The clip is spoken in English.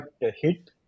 hit